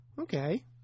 Okay